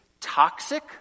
toxic